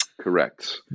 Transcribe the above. Correct